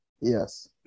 Yes